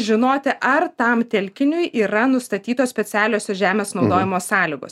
žinoti ar tam telkiniui yra nustatytos specialiosios žemės naudojimo sąlygos